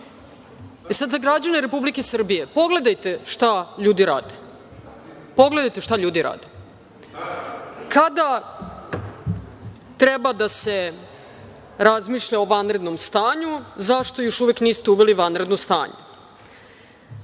E, sada za građane Republike Srbije. Pogledajte šta ljudi rade kada treba da se razmišlja o vanrednom stanju - zašto još uvek niste uveli vanredno stanje?